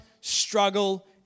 struggle